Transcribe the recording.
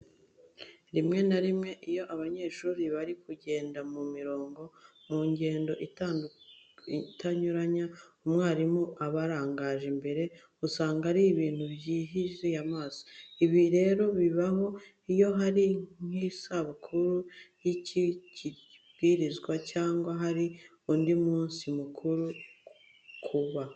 Rimwe na rimwe iyo abanyeshuri bari kugenda ku mirongo, mu ngendo itanyuranya, umwarimu abarangaje imbere usanga ari ibintu byizihiye amaso. Ibi rero bibaho iyo hari nk'isabukuru ikigo kiri kwizihiza cyangwa hari undi munsi mukuru uri kuba.